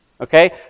Okay